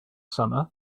summer